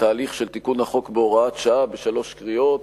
תהליך של תיקון החוק בהוראת שעה בשלוש קריאות,